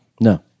No